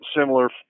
similar